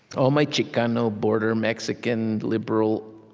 all my chicano, border, mexican, liberal,